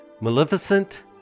maleficent